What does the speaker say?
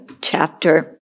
chapter